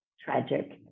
tragic